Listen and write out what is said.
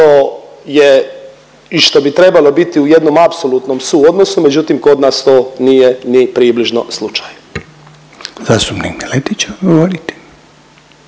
i što bi trebalo biti u jednom apsolutnom suodnosu, međutim kod nas to nije ni približno slučaj. **Reiner, Željko